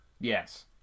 Yes